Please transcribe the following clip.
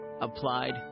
applied